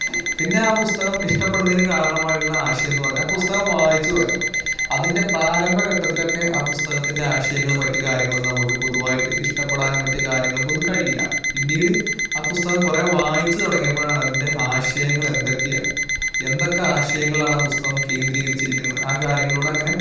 പിന്നെ ആ പുസ്തകം ഇഷ്ടപ്പെടുന്നതിന്കാരണമായിട്ടുള്ള ആശയം എന്ന് പറഞ്ഞാൽ പുസ്തകം വായിച്ചു തുടങ്ങി അതിൻ്റെ പ്രാരംഭഘട്ടത്തിലോക്കെ ആ പുസ്തകത്തിൻ്റെ ആശയങ്ങളും മറ്റു കാര്യങ്ങളൊന്നും നമുക്ക് പൊതുവായിട്ട് ഇഷ്ടപ്പെടാനും മറ്റു കാര്യങ്ങൾക്കൊന്നും കഴിയില്ല പിന്നീട് ആ പുസ്തകം കുറെ വായിച്ച് തുടങ്ങിയപ്പോഴാണ് അതിൻ്റെ ആശയങ്ങളെന്തക്കെയാണ് എന്തൊക്കെ ആശയങ്ങളാണ് ആ പുസ്തകം കേന്ദ്രീകരിച്ചിരിക്കുന്നത് ആ കാര്യങ്ങളിലൂടെ അങ്ങനെ